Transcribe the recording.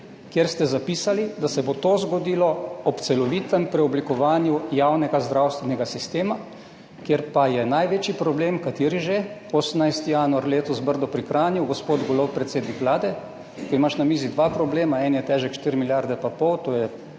kjer ste zapisali, da se bo to zgodilo ob celovitem preoblikovanju javnega zdravstvenega sistema, kjer pa je največji problem kateri? Že 18. januar letos, Brdo pri Kranju, gospod Golob, predsednik Vlade, ko imaš na mizi dva problema, en je težek 4 milijarde pa pol,